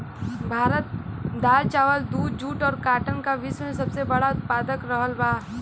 भारत दाल चावल दूध जूट और काटन का विश्व में सबसे बड़ा उतपादक रहल बा